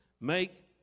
make